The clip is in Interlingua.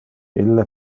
ille